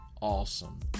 Awesome